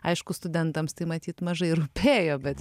aišku studentams tai matyt mažai rūpėjo bet